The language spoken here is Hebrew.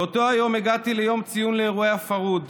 באותו היום הגעתי ליום ציון לאירועי הפרהוד,